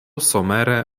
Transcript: somere